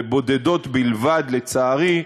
ובודדות בלבד, לצערי,